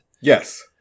Yes